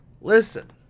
listen